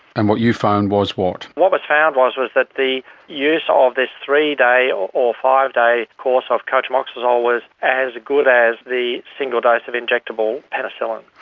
and what you found was what? what was found was was that the use ah of this three-day or or five-day course of cotrimoxazole was as good as the single dose of injectable penicillin.